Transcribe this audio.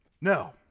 No